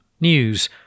News